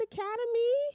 Academy